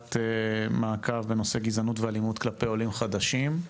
ישיבת מעקב בנושא גזענות ואלימות כלפי עולים חדשים.